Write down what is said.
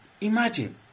Imagine